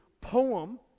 poem